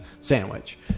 sandwich